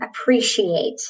appreciate